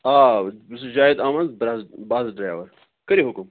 آ بہٕ چھُس جاویٖد احمد بَس ڈرٛیوَر کٔرِو حُکُم